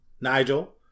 Nigel